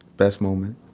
best moment